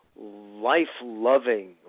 life-loving